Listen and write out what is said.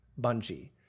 Bungie